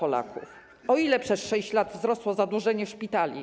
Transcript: O ile przez 6 lat wzrosło zadłużenie w szpitali?